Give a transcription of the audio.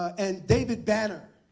and david banner.